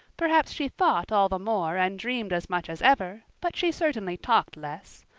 perhaps she thought all the more and dreamed as much as ever, but she certainly talked less.